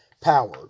power